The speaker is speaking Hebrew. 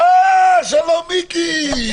אתה בעצם עוצר את כל הטיסות, מחייב בדיקות.